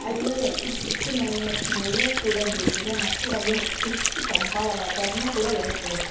ಅಲ್ಲಿ ಅತಿ ಹೆಚ್ಚು ಮಳೆಯೇ ಮಳೆಯೂ ಕೂಡ ಬೀಳುತ್ತದೆ ಮತ್ತು ಅಲ್ಲಿ ಅತಿ ಹೆಚ್ಚು ತಂಪಾದ ವಾತಾವರಣವು ಕೂಡ ಇರುತ್ತದೆ